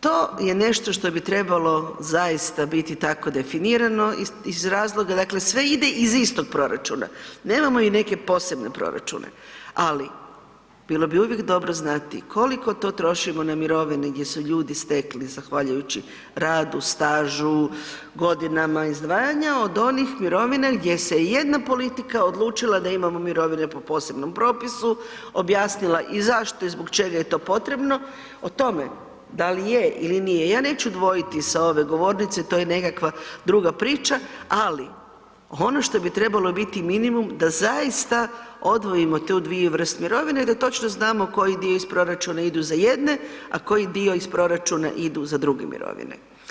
To je nešto što bi trebalo zaista biti tako definirano i iz razloga, dakle sve ide iz istog proračuna, nemamo mi neke posebne proračuna, ali bilo bi uvijek dobro znati koliko to mi trošimo na mirovine gdje su ljudi stekli zahvaljujući radu, stažu, godinama izdvajanja od onih mirovina gdje se jedna politika odlučila da imamo mirovine po posebnom propisu objasnila i zašto i zbog čega je to potrebno, o tome da li je ili nije ja neću dvojiti sa ove govornice to je nekakva druga priča, ali ono što bi trebalo biti minimum da zaista odvojimo te dvije vrste mirovine i da točno znamo koji dio iz proračuna idu za jedne, a koji dio iz proračuna idu za druge mirovine.